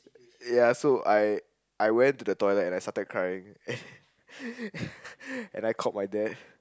ya so I I went to the toilet and I started crying and I called my dad